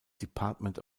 department